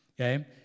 okay